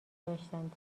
داشتند